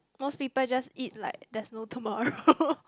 most people just eat like there's no tomorrow